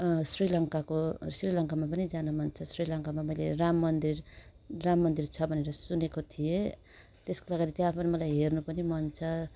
श्रीलङ्काको श्रीलङ्कामा पनि जानु मन छ श्रीलङ्कामा मैले राम मन्दिर राम मन्दिर छ भनेर सुनेको थिएँ त्यस कारण त्यहाँ पनि मलाई हेर्नु पनि मन छ